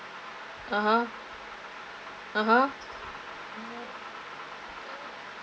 (uh huh) (uh huh)